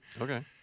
Okay